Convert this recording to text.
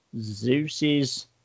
zeus's